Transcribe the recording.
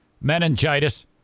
meningitis